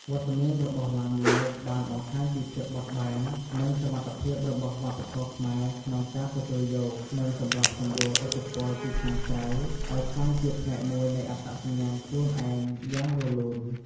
វត្តមានរបស់ឡាំលាវបានបង្ហាញពីភាពបត់បែន និងសមត្ថភាពរបស់វប្បធម៌ខ្មែរក្នុងការទទួលយក និងសម្របសម្រួលឥទ្ធិពលពីខាងក្រៅឲ្យក្លាយជាផ្នែកមួយនៃអត្តសញ្ញាណខ្លួនឯងយ៉ាងរលូន។